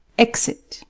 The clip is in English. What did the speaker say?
exit